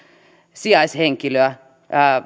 sijaishenkilöä